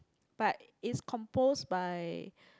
but it's composed by